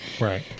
Right